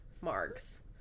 marks